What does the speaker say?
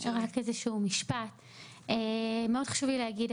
מאוד חשוב לי להגיד.